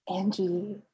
Angie